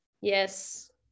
Yes